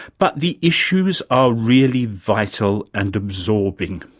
but the issues are really vital and absorbing.